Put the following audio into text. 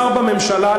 שר בממשלה,